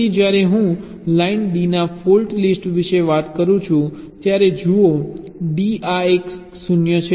તેથી જ્યારે હું લાઇન D ના ફોલ્ટ લિસ્ટ વિશે વાત કરું છું ત્યારે જુઓ D આ 1 0 છે